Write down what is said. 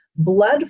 blood